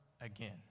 again